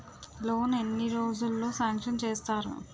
Loan ఎన్ని రోజుల్లో sanction చేస్తారు?